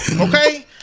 Okay